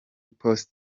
poste